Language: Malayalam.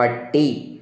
പട്ടി